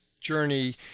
journey